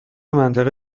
منطقه